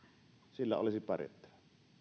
sillä olisi pärjättävä